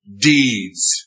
Deeds